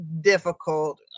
difficult